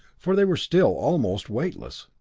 for they were still almost weightless.